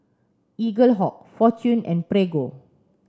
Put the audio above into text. Eaglehawk Fortune and Prego